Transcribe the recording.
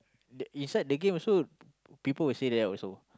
the inside the game also people will say that also